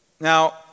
Now